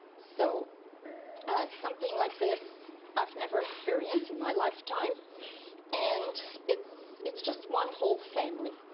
so something like this i've never experienced in my lifetime and it's it's just one whole family.